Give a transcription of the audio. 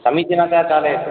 समीचीनतया चालयतु